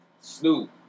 Snoop